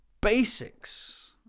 basics